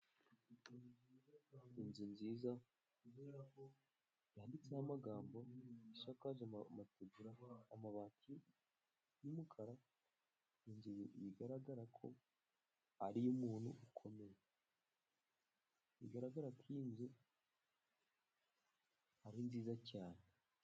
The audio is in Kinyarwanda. Inzu nziza yanditseho amagambo, isakaje amabati y'umukara. Bigaragara ko ari iy'umuntu ukomeye. Bigaragara ko iyi nzu ari nziza cyane.